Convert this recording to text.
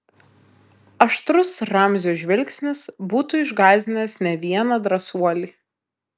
aštrus ramzio žvilgsnis būtų išgąsdinęs ne vieną drąsuolį